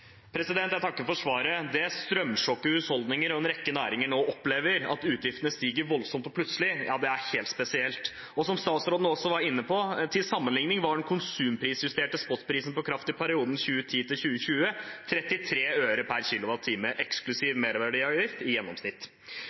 Jeg takker for svaret. Det strømsjokket husholdninger og en rekke næringer nå opplever – at utgiftene stiger voldsomt og plutselig – er helt spesielt. Som statsråden var inne på, var til sammenlikning den konsumprisjusterte spotprisen på kraft i perioden 2010–2020 i gjennomsnitt 33 øre/kWh eksklusiv merverdiavgift. I